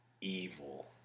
evil